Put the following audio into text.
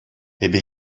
эпӗ